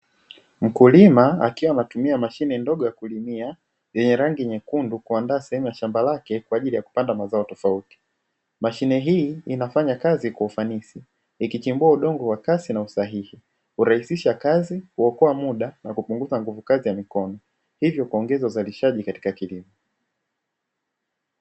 Mkulima akiwa anatumia mashini ndogo ya kuingia eeh rangi nyekundu shamba lake kwa ajili, ya kupata mazao tofauti mashine hii inafanya kazi kwa ufanisi ikichimbua udongo wa kasi na usahihi uraisisha kazi kuokoa muda na kupunguza nguvu kazi ya mikono hivyo kuongeza uzalishaji katika kilimo.